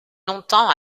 longtemps